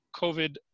COVID